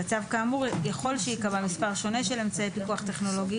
בצו כאמור יכול שייקבע מספר שונה של אמצעי פיקוח טכנולוגי,